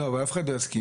לא, אבל אף אחד לא יסכים.